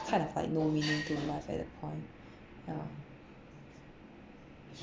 kind of like no meaning to life at that point ya